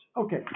Okay